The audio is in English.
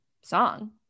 song